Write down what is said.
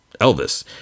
Elvis